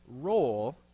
role